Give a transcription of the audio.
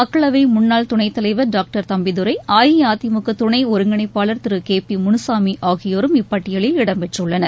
மக்களவை முன்னாள் துணைத்தலைவர் டாக்டர் தம்பிதுரை அஇஅதிமுக துணை ஒருங்கிணைப்பாளர் திரு கே பி முனுசாமி ஆகியோரும் இப்பட்டியலில் இடம் பெற்றுள்ளனர்